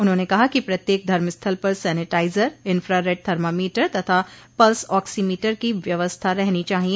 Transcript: उन्होंने कहा कि प्रत्येक धर्मस्थल पर सेनिटाइजर इंफ्रारेड थमामीटर तथा पल्स ऑक्सीमीटर की व्यवस्था रहनी चाहिए